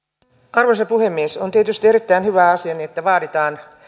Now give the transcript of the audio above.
arvoisa puhemies on tietysti erittäin hyvä asia että vaaditaan